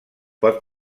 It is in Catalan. pot